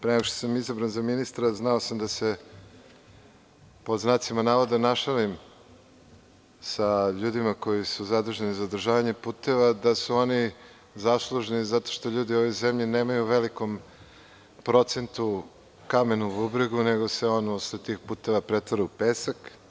Pre nego što sam izabran za ministra znao sam da se, pod znacima navoda, našalim sa ljudima koji su zaduženi za održavanje puteva da su oni zaslužni zato što ljudi u ovoj zemlji nemaju u velikom procentu kamen u bubregu, nego se on sa tih puteva pretvara u pesak.